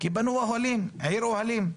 כי בנו אוהלים, עיר אוהלים.